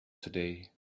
today